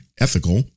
ethical